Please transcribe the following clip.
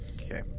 Okay